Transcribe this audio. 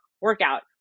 workout